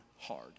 hard